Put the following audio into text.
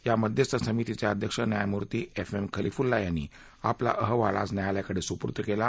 या मध्यस्थ समितीचे अध्यक्ष न्यायमूर्ती एफ एम खलीफुल्ला यांनी आपला अहवाल आज न्यायालयाकडे सूर्पद केला